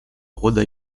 rhode